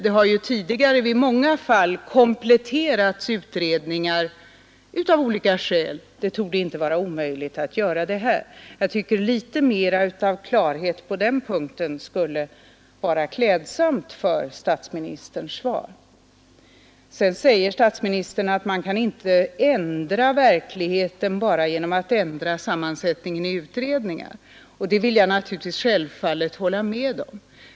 Utredningar har tidigare i många fall kompletterats av olika skäl, och det borde inte vara omöjligt att göra det även i detta sammanhang. Jag tycker att litet mera av klarhet på denna punkt skulle vara klädsamt för statsministerns svar. Sedan säger statsministern att han inte kan ändra på verkligheten bara genom att ändra sammansättningen i utredningar, och det vill jag självfallet hålla med om.